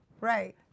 right